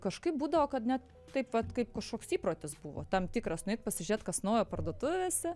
kažkaip būdavo kad net taip vat kaip kažkoks įprotis buvo tam tikras nueit pasižiūrėt kas naujo parduotuvėse